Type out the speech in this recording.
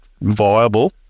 viable